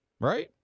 Right